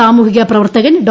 സാമൂഹിക പ്രവർത്തകൻ ഡോ